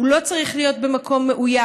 הוא לא צריך להיות במקום מאויש.